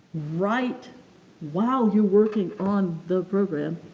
write while you're working on the program.